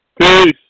Peace